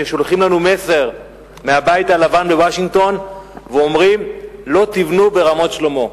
כששולחים לנו מסר מהבית הלבן בוושינגטון ואומרים: לא תבנו ברמת-שלמה.